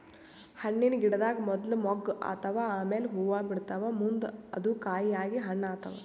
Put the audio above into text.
ಹಣ್ಣಿನ್ ಗಿಡದಾಗ್ ಮೊದ್ಲ ಮೊಗ್ಗ್ ಆತವ್ ಆಮ್ಯಾಲ್ ಹೂವಾ ಬಿಡ್ತಾವ್ ಮುಂದ್ ಅದು ಕಾಯಿ ಆಗಿ ಹಣ್ಣ್ ಆತವ್